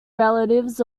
relatives